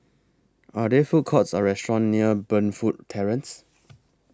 Are There Food Courts Or restaurants near Burnfoot Terrace